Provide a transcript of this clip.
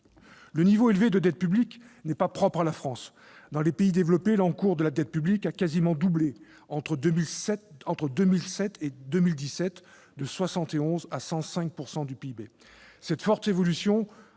Un niveau élevé de dette publique n'est pas propre à la France. Dans les pays développés, l'encours de la dette publique a quasiment doublé entre 2007 et 2017, passant de 71 % à 105 % du PIB. Cette forte évolution